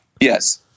yes